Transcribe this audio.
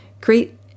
Create